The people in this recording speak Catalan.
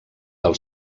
del